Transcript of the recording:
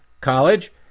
college